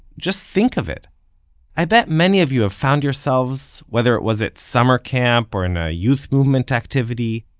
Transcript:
just think of it i bet many of you have found yourselves, whether it was at summer camp or in a youth movement activity,